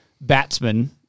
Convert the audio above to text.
batsman